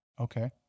Okay